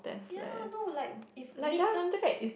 ya look like if mid terms